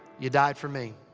you died for me.